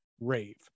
rave